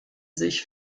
sich